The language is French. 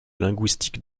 linguistique